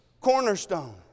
cornerstone